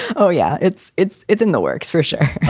oh yeah. it's it's it's in the works for sure.